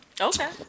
Okay